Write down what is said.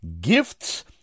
gifts